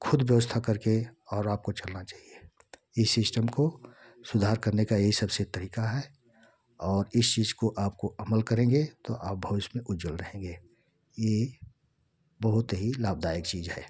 ख़ुद व्यवस्था करके और आपको चलना चाहिये इस सिस्टम को सुधार करने का यही सबसे एक तरीका है और इस चीज़ को आपको अमल करेंगे तो आप भविष्य में उज्जवल रहेंगे ये बहुत ही लाभदायक चीज़ है